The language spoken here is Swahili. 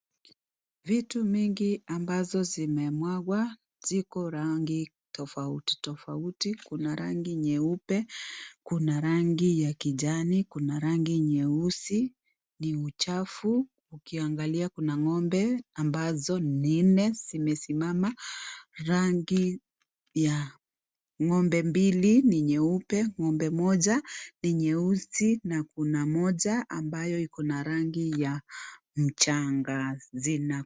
Vitu mingi ambazo zimemwagwa ziko rangi tofauti tofauti kuna rangi nyeupe kuna rangi ya kijani kuna rangi nyeusi . Ni uchafu ukiangalia kuna ng'ombe ambazo ni nne zimesimama rangi ya ng'ombe mbili ni nyeupe ng'ombe moja ni nyeusi na kuna moja ambayo iko na rangi ya mchanga zina.